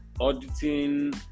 auditing